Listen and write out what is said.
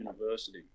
University